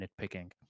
Nitpicking